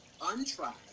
untried